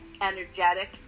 Energetic